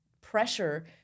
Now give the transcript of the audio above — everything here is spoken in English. pressure